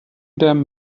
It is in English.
them